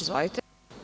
Izvolite.